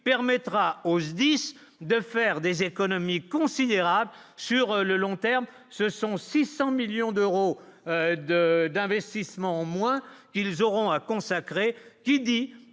permettra os 10 de faire des économies considérables sur le long terme, ce sont 600 millions d'euros de d'investissement au moins ils auront à consacrer,